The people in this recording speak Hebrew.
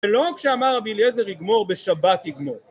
ולא כשאמר רבי אליעזר יגמור בשבת יגמור